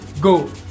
go